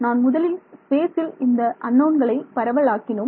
நான் முதலில் ஸ்பேசில் இந்த அன்னோன்கள் பரவல் ஆக்கினோம்